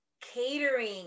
catering